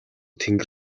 тэнгэр